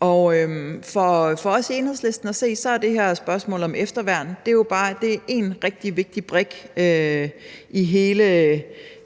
Kl. 18:52 For os i Enhedslisten at se er det her spørgsmål om efterværn bare én rigtig vigtig brik i alt